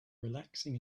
relaxing